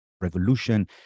revolution